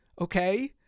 okay